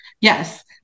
Yes